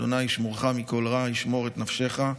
ה' ישמרך מכל רע, ישמר את נפשך.